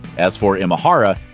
as for imahara,